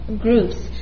groups